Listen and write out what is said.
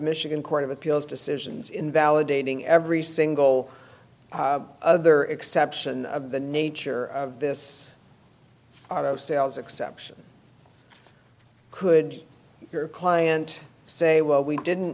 michigan court of appeals decisions invalidating every single other exception of the nature of this no sales exception could your client say well we didn't